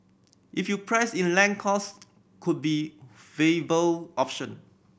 if you price in land cost could be a option